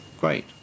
great